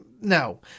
No